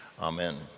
Amen